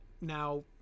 now